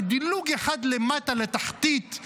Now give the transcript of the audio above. בדילוג אחד למטה לתחתית,